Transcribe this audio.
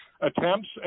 attempts